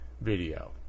video